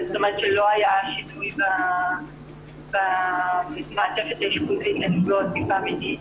לא היה שינוי בצוות האשפוזי לנפגעות תקיפה מינית.